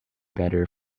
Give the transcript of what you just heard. better